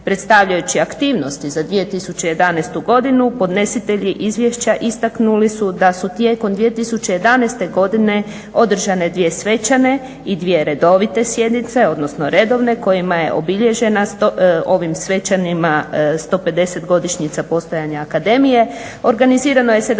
predstavljajući aktivnosti za 2011. godinu. Podnositelji izvješća istaknuli su da su tijekom 2011. godine održane dvije svečane i dvije redovite sjednice, odnosno redovne kojima je obilježena, ovim svečanima 150. godišnjica postojanja akademije.